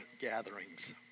gatherings